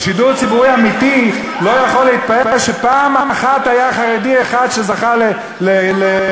ושידור ציבורי אמיתי לא יכול להתפאר שפעם אחת היה חרדי אחד שזכה לחשיפה.